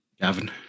Gavin